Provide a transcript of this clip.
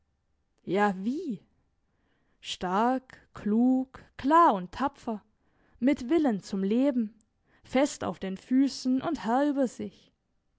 ja wie stark klug klar und tapfer mit willen zum leben fest auf den füssen und herr über sich